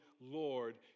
Lord